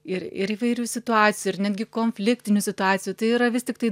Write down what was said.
ir ir įvairių situacijų ir netgi konfliktinių situacijų tai yra vis tiktai